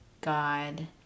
God